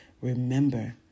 remember